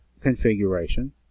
configuration